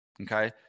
Okay